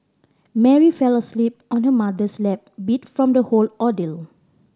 Mary fell asleep on her mother's lap beat from the whole ordeal